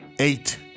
Eight